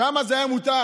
שם זה היה מותר.